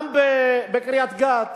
גם בקריית-גת.